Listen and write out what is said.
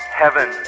heaven